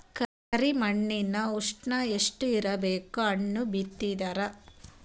ಕರಿ ಮಣ್ಣಿನ ಉಷ್ಣ ಎಷ್ಟ ಇರಬೇಕು ಹಣ್ಣು ಬಿತ್ತಿದರ?